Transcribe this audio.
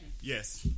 yes